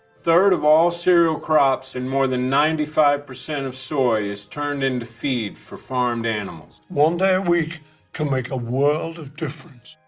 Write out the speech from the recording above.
third of all cereal crops and more than ninety five percent of soy is turned into feed for farmed animals. one day a week can make a world of difference.